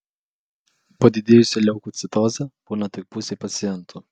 padidėjusi leukocitozė būna tik pusei pacientų